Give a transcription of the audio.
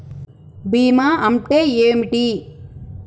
బీమా అంటే ఏమిటి?